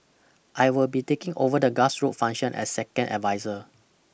I will be taking over the grassroots function as second adviser